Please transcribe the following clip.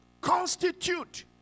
constitute